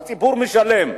הציבור משלם.